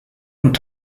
und